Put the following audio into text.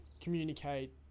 communicate